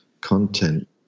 content